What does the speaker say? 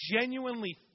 genuinely